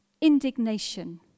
Indignation